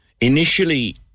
Initially